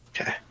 Okay